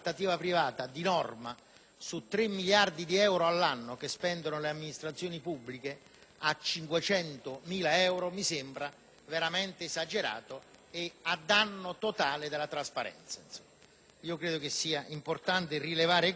su 3 miliardi di euro all'anno che spendono le amministrazioni pubbliche, a 500.000 euro mi sembra veramente esagerato e a danno totale della trasparenza. Credo che sia importante rilevare questo. Spero che il Governo